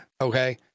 Okay